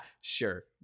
sure